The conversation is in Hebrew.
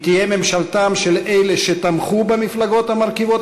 היא תהיה ממשלתם של אלה שתמכו במפלגות המרכיבות